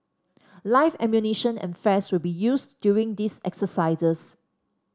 live ammunition and flares will be used during these exercises